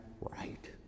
right